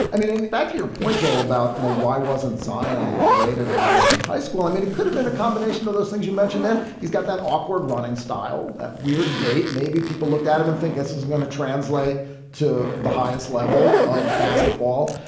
i mean, that's your point, joel, about, you know, why wasn't zion rated higher in high school? i mean, it could have been a combination of those things. you mentioned them. he's got that awkward running style, that weird gait maybe people looked at him and think this is going to translate to the highest level of basketball.